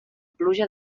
pluja